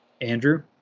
Andrew